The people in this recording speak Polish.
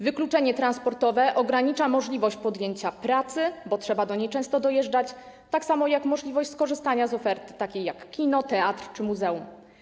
Wykluczenie transportowe ogranicza możliwość podjęcia pracy, bo trzeba do niej często dojeżdżać, tak samo jak możliwość skorzystania z oferty takiej jak kino, teatr czy muzeum.